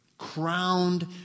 crowned